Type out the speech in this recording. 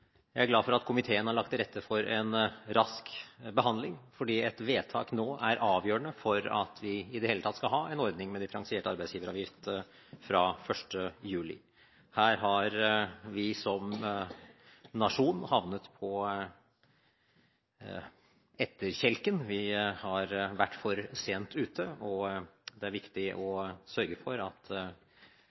jeg er glad for at komiteen har lagt til rette for en rask behandling, for et vedtak nå er avgjørende for at vi i det hele tatt skal ha en ordning med differensiert arbeidsgiveravgift fra 1. juli. Her har vi som nasjon havnet på etterkjelken; vi har vært for sent ute. Det er viktig at vi sørger for å kompensere det med det tempoet som har blitt lagt for